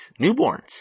newborns